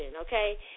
okay